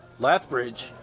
Lathbridge